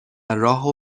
راهو